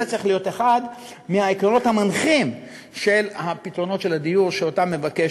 זה צריך להיות אחד מהעקרונות המנחים של פתרונות הדיור שהשר מבקש